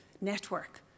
network